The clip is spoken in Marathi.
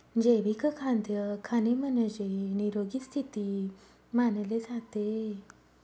जैविक खाद्य खाणे म्हणजे, निरोगी स्थिती मानले जाते